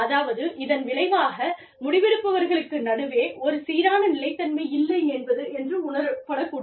அதாவது இதன் விளைவாக முடிவெடுப்பவர்களுக்கு நடுவே ஒரு சீரான நிலைத்தன்மை இல்லை என்று உணரப்படக் கூடும்